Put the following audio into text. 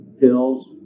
pills